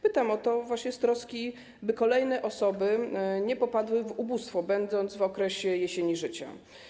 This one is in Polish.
Pytam o to z troski, by kolejne osoby nie popadły w ubóstwo, będąc w okresie jesieni życia.